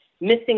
missing